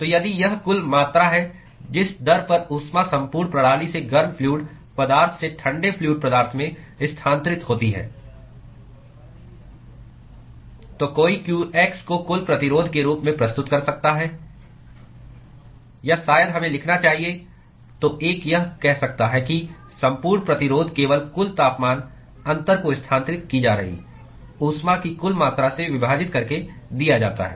तो यदि यह कुल मात्रा है जिस दर पर ऊष्मा सम्पूर्ण प्रणाली से गर्म फ्लूअड पदार्थ से ठंडे फ्लूअड पदार्थ में स्थानांतरित होती है तो कोई qx को कुल प्रतिरोध के रूप में प्रस्तुत कर सकता है या शायद हमें लिखना चाहिए तो एक यह कह सकता है कि सम्पूर्ण प्रतिरोध केवल कुल तापमान अंतर को स्थानांतरित की जा रही ऊष्मा की कुल मात्रा से विभाजित करके दिया जाता है